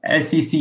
SEC